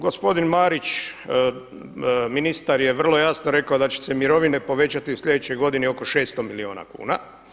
Gospodin Marić ministar je vrlo jasno rekao da će se mirovine povećati u sljedećoj godini oko 600 miliona kuna.